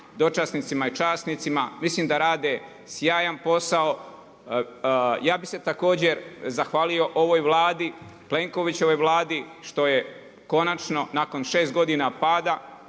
dočasnicima i časnicima, mislim da rade sjajan posao. Ja bih se također zahvalio ovoj Vladi, Plenkovićevoj Vladi što je konačno nakon 6 godina pada